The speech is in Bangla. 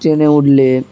ট্রেনে উঠলে